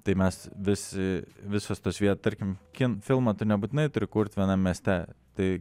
tai mes visi visos tos viet tarkim kino filmą tu nebūtinai turi kurti vienam mieste tai